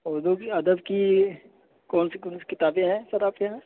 اردو کی ادب کی کون سی کون سی کتابیں ہیں سر آپ کے یہاں